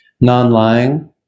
non-lying